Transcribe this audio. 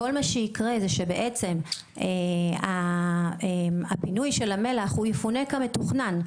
כל מה שיקרה זה שבעצם הפינוי של המלח הוא יפונה כמתוכנן,